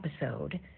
episode